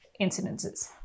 incidences